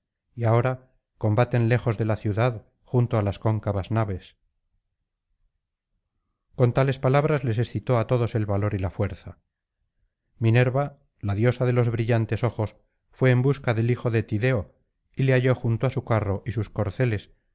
y ahora combaten lejos dé la ciudad junto á las cóncavas naves con tales palabras les excitó á todos el valor y la fuerza minerva la diosa de los brillantes ojos fué en busca del hijo de tideo y le halló junto á su carro y sus corceles